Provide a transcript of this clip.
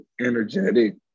energetic